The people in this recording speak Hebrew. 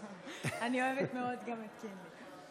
אני אוהבת מאוד גם את קינלי.